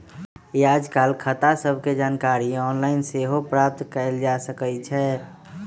याजकाल खता सभके जानकारी ऑनलाइन सेहो प्राप्त कयल जा सकइ छै